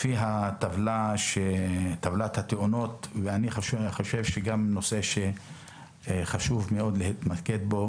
לפי טבלת התאונות אני חושב שזה גם נושא שחשוב מאוד להתמקד בו